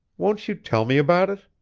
won't you tell me about it?